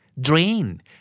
Drain